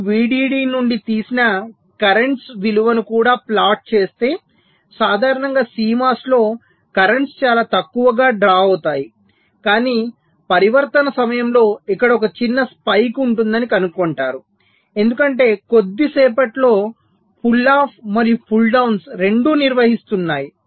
నేను VDD నుండి తీసిన కర్రెంట్స్ విలువను కూడా ప్లాట్ చేస్తే సాధారణంగా CMOS లో కర్రెంట్స్ చాలా తక్కువగా డ్రా అవుతాయి కాని పరివర్తన సమయంలో ఇక్కడ ఒక చిన్న స్పైక్ ఉంటుందని కనుగొంటారు ఎందుకంటే కొద్దిసేపట్లో పుల్ అప్ మరియు పుల్ డౌన్స్ రెండూ నిర్వహిస్తున్నాయి